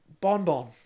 bonbon